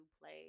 play